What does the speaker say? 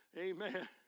Amen